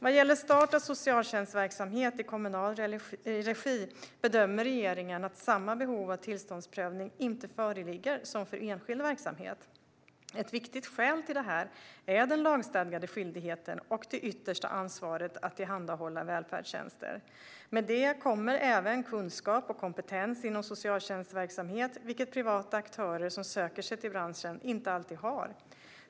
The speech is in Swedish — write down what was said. Vad gäller start av socialtjänstverksamhet i kommunal regi bedömer regeringen att samma behov av tillståndsprövning inte föreligger som för enskild verksamhet. Ett viktigt skäl till det är den lagstadgade skyldigheten och det yttersta ansvaret att tillhandahålla välfärdstjänster. Med det kommer även kunskap och kompetens inom socialtjänstverksamhet, vilket privata aktörer som söker sig till branschen inte alltid har.